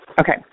Okay